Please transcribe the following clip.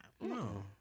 No